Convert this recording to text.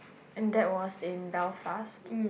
and that was in Belfast